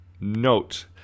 note